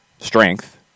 strength